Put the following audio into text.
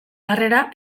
harrera